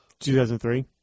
2003